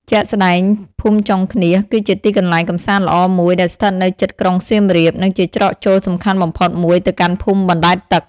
ជាក់ស្ដែង ភូមិចុងឃ្នៀសគឺជាទីកន្លែងកំសាន្តល្អមួយ ដែលស្ថិតនៅជិតក្រុងសៀមរាប និងជាច្រកចូលសំខាន់បំផុតមួយទៅកាន់ភូមិបណ្ដែតទឹក។